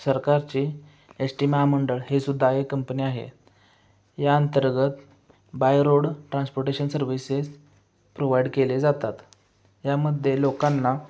सरकारची S T महामंडळ हे सुद्धा एक कंपनी आहे या अंतर्गत by road transportation services provide केले जातात यामध्ये लोकांना